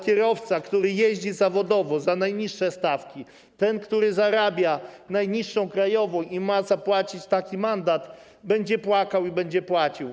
Kierowca, który jeździ zawodowo za najniższe stawki, który zarabia najniższą krajową i będzie musiał zapłacić taki mandat, będzie płacił i będzie płakał.